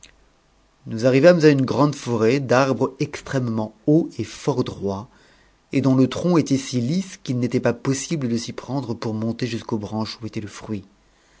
ous arrivâmes une grande forêt d'arbres extrêmement hauts et fort jhoits et dont le tronc était si lisse qu'il n'était pas possible de s'y prendre pour monter jusqu'aux branches où était je fruit